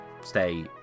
stay